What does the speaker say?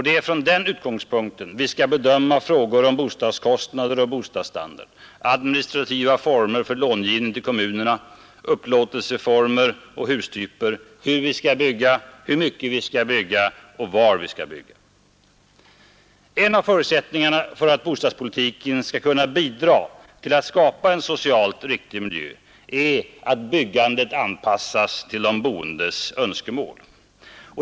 Det är från den utgångspunkten vi skall bedöma frågan om bostadskostnader och bostadsstandard, administrativa former för långivning till kommunerna, upplåtelseformer och hustyper, hur mycket vi skall bygga och var vi skall bygga etc. En av förutsättningarna för att bostadspolitiken skall kunna bidra till att skapa en socialt riktig miljö är att byggandet anpassas till de boendes önskemål.